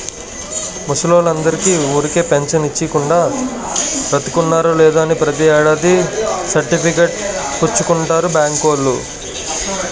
ముసలోల్లందరికీ ఊరికే పెంచను ఇచ్చీకుండా, బతికున్నారో లేదో అని ప్రతి ఏడాది సర్టిఫికేట్ పుచ్చుకుంటారు బాంకోల్లు